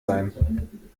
sein